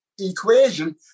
equation